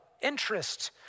interest